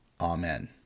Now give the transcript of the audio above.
Amen